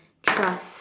trust